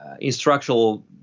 instructional